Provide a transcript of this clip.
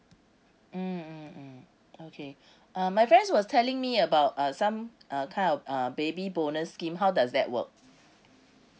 mm mm mm okay uh my friend was telling me about uh sum uh kind of uh baby bonus scheme how does that work